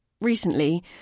recently